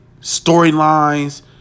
storylines